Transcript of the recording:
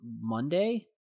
monday